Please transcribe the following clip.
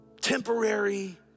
temporary